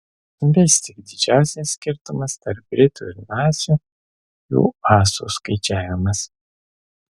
vis tik didžiausias skirtumas tarp britų ir nacių jų asų skaičiavimas